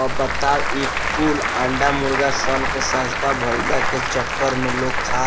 अब बताव ई कुल अंडा मुर्गा सन के सस्ता भईला के चक्कर में लोग खा